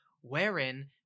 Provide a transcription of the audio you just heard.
wherein